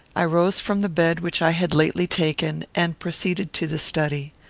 i rose from the bed which i had lately taken, and proceeded to the study.